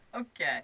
Okay